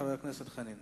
חבר הכנסת דב חנין,